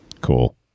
Cool